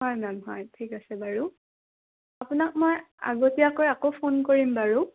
হয় মেম হয় ঠিক আছে বাৰু আপোনাক মই আগতীয়াকৈ আকৌ ফোন কৰিম বাৰু